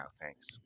Thanks